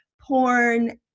porn